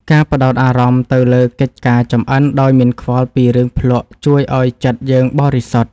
ការផ្ដោតអារម្មណ៍ទៅលើកិច្ចការចម្អិនដោយមិនខ្វល់ពីរឿងភ្លក្សជួយឱ្យចិត្តយើងបរិសុទ្ធ។